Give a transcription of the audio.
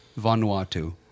Vanuatu